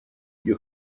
you